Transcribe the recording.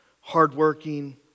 Hardworking